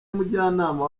mujyanama